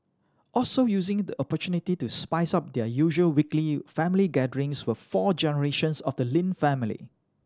also using the opportunity to spice up their usual weekly family gatherings were four generations of the Lin family